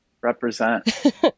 represent